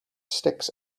sticks